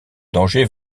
danger